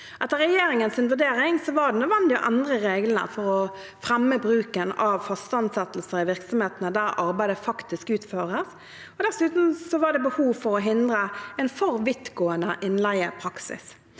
Etter regjeringens vurdering var det nødvendig å endre reglene for å fremme bruken av faste ansettelser i virksomhetene der arbeidet faktisk utføres. Dessuten var det behov for å hindre en for vidtgående innleiepraksis.